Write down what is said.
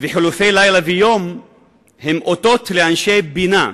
וחילופי לילה ויום הם אותות לאנשי בינה,